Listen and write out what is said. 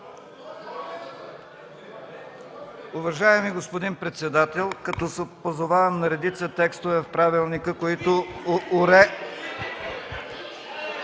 Уважаеми господин председател, като се позовавам на редица текстове в правилника...